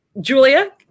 Julia